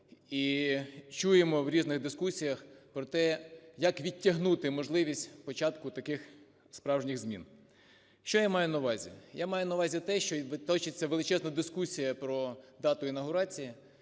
і чуємо в різних дискусіях про те, як відтягнути можливість початку таких справжніх змін. Що я маю на увазі? Я маю на увазі те, що точиться величезна дискусія про дату інавгурації,